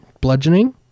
bludgeoning